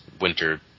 winter